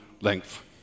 length